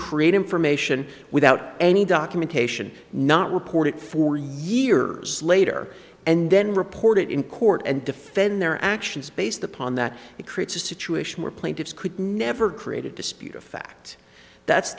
create information without any documentation not report it four years later and then report it in court and defend their actions based upon that it creates a situation where plaintiffs could never created dispute a fact that's